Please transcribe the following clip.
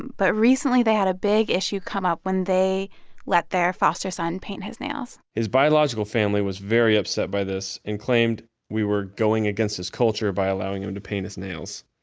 but recently, they had a big issue come up when they let their foster son paint his nails his biological family was very upset by this and claimed we were going against his culture by allowing him to paint his nails.